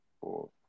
four